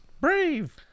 Brave